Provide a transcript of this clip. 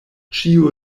ĉiu